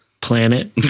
planet